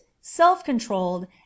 self-controlled